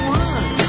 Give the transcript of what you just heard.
one